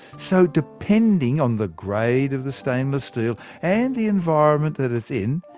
so depending on the grade of the stainless steel, and the environment that it's in,